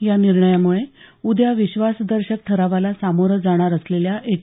या निर्णयामुळे उद्या विश्वासदर्शक ठरावाला सामोरं जाणार असलेल्या एच